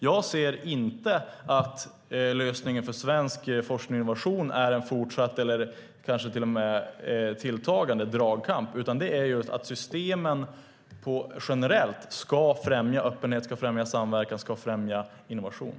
Jag anser inte att lösningen för svensk forskning och innovation är en fortsatt eller tilltagande dragkamp. Systemen generellt ska främja öppenhet, samverkan och innovation.